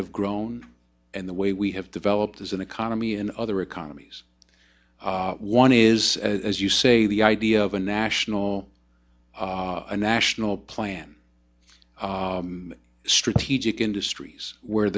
have grown and the way we have developed as an economy in other economies one is as you say the idea of a national a national plan strategic industries where